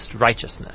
righteousness